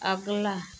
अगला